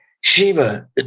Shiva